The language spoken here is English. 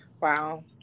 Wow